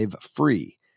free